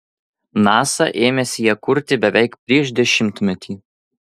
nasa ėmėsi ją kurti beveik prieš dešimtmetį